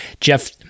Jeff